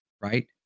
right